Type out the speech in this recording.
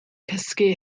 cysgu